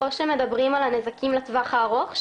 או שמדברים על הנזקים לטווח הארוך,